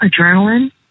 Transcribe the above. Adrenaline